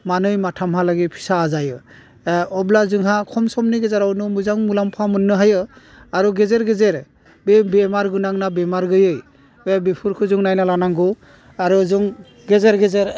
मानै माथामहालागै फिसा जायो अब्ला जोंहा खम समनि गेजेरावनो मोजां मुलाम्फा मोन्नो हायो आरो गेजेर गेजेर बे बेमार गोनां ना बेमार गोयै बे बेफोरखौ जों नायना लानांगौ आरो जों गेजेर गेजेर